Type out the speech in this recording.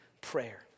prayer